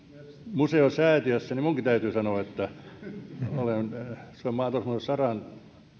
museosäätiössä niin minunkin täytyy sanoa että olen suomen maatalousmuseo saran